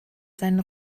seinen